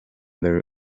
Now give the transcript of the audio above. their